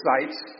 sites